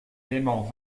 éléments